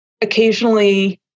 Occasionally